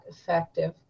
effective